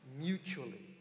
mutually